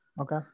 Okay